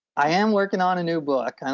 i am working on a new book,